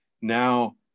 now